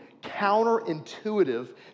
counterintuitive